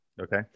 Okay